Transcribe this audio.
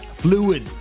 fluid